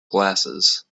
glasses